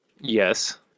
Yes